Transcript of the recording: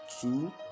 two